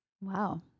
wow